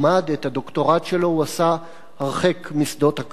את הדוקטורט שלו הוא עשה הרחק משדות הקרב,